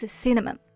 cinnamon